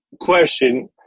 question